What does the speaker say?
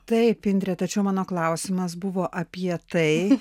taip indre tačiau mano klausimas buvo apie tai